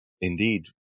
indeed